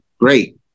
great